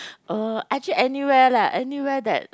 uh actually anywhere leh anywhere that